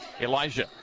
Elijah